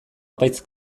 apaiz